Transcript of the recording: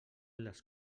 les